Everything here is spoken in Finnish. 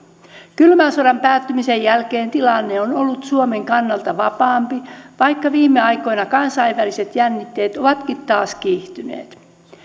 kylmän sodan päättymisen jälkeen tilanne on ollut suomen kannalta vapaampi vaikka viime aikoina kansainväliset jännitteet ovatkin taas kiihtyneet